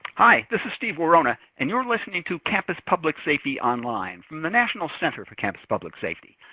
hi, this is steve worona and you're listening to campus public safety online, from the national center for campus public safety.